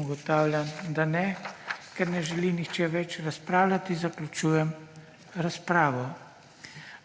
Ugotavljam, da ne. Ker ne želi nihče več razpravljati, zaključujem razpravo.